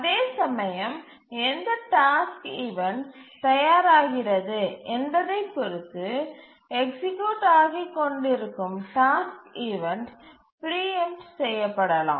அதேசமயம் எந்த task event தயாராகிறது என்பதைப் பொறுத்து எக்சீக்யூட் ஆகிக் கொண்டிருக்கும் டாஸ்க் ஈவண்ட் பிரீஎம்ட் செய்யப்படலாம்